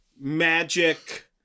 magic